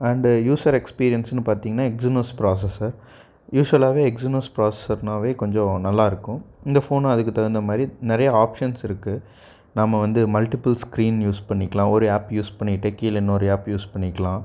and user எக்ஸ்பீரியன்ஸ்னு பார்த்தீங்கன்னா Exynos processor யூஷுவலாகவே எக்ஸனஸ் ப்ராஸசர்னாவே கொஞ்சம் நல்லாயிருக்கும் இந்த ஃபோனும் அதுக்கு தகுந்த மாதிரி நிறைய ஆப்ஷன்ஸ் இருக்குது நம்ம வந்து மல்டிபிள் ஸ்க்ரீன் யூஸ் பண்ணிக்கலாம் ஒரு ஆப் யுஸ் பண்ணிக்கிட்டே கீழே இன்னொரு ஆப் யூஸ் பண்ணிக்கலாம்